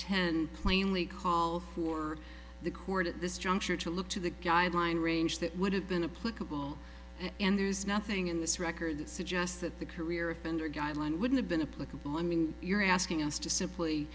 ten plainly call for the court at this juncture to look to the guideline range that would have been a political and there's nothing in this record that suggests that the career offender guideline would have been a political i mean you're asking us to simply